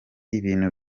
ibintu